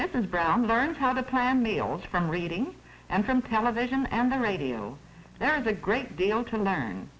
mrs brown learned how to plan meals from reading and from television and the radio there is a great deal to learn